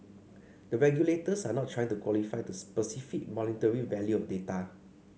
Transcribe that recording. the regulators are not trying to quantify the specific monetary value of data